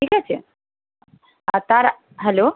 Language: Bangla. ঠিক আছে আর তার হ্যালো